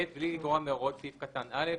(ב)בלי לגרוע מהוראות סעיף קטן (א),